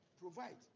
provide